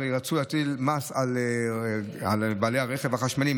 הרי רצו להטיל מס על בעלי הרכב החשמלי,